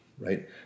Right